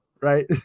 right